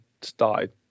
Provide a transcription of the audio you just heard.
started